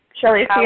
Shelly